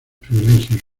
privilegios